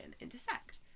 intersect